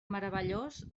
meravellós